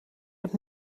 heb